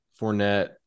Fournette